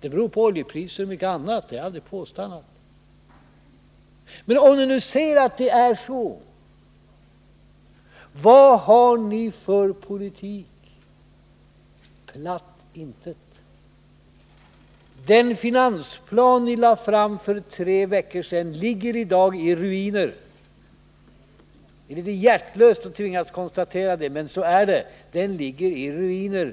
det beror på oljepriser osv. — jag har aldrig påstått annat. Men om ni nu ser att det är så, vad har ni för politik? Platt intet! Den finansplan ni lade fram för tre veckor sedan ligger i dag i ruiner. Det är litet hjärtlöst att tvingas konstatera det, men så är det: Den ligger i ruiner.